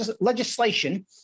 legislation